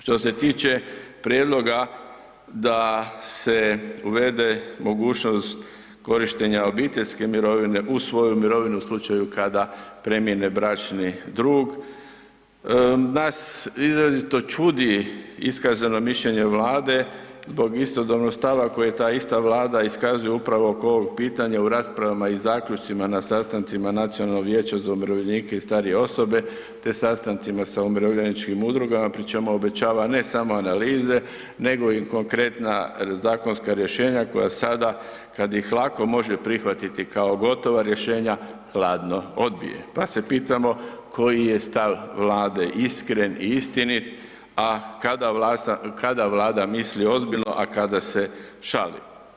Što se tiče prijedloga da se uvede mogućnost korištenja obiteljske mirovine uz svoju mirovinu u slučaju kada premine bračni drug, nas izrazito čudi iskazano mišljenje Vlade zbog istodobnog stava kojeg ta ista Vlada iskazuje upravo oko ovog pitanja u raspravama i zaključcima na sastancima Nacionalnog vijeća za umirovljenike i starije osobe te sastancima sa umirovljeničkim udrugama, pri čemu obećava, ne samo analize nego i konkretna zakonska rješenja koja sada, kad ih lako može prihvatiti kao gotova rješenja, hladno odbija pa se pitamo koji je stav Vlade iskren i istinit, a kada Vlada misli ozbiljno, a kada se šali.